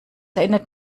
erinnert